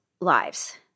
lives